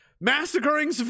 massacring